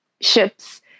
ships